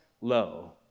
low